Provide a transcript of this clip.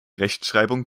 rechtschreibung